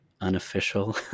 unofficial